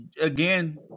again